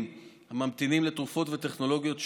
הממתינים לתרופות וטכנולוגיות שונות,